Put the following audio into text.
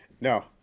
No